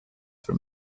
for